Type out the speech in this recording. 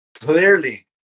clearly